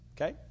Okay